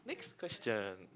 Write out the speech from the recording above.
next question